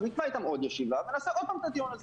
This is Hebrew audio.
אז נקבע איתם עוד ישיבה ונעשה עוד פעם את הדיון הזה.